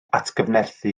atgyfnerthu